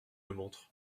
montre